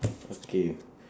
okay